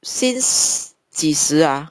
since 几时啊